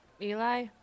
Eli